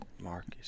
Marcus